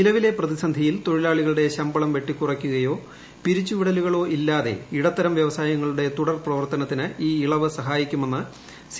നിലവിലെ പ്രതിസന്ധിയിൽ തൊഴിലാളികളുടെ ശമ്പളം വെട്ടിക്കുറക്കുകയോ പിരിച്ചുവിടലുകളോ ഇല്ലാതെ ഇടത്തരം വൃവസായങ്ങളുടെ തുടർ പ്രവർത്തനത്തിന് ഈ ഇളവ് സഹായിക്കുമെന്ന് സി